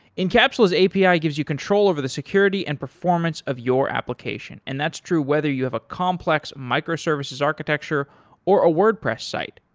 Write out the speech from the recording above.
incapsula's api ah gives you control over the security and performance of your application and that's true whether you have a complex micro-services architecture or a wordpress site,